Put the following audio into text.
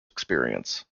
experience